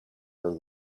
were